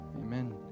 Amen